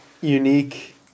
unique